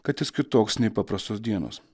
kad jis kitoks nei paprastos dienos